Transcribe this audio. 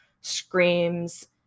screams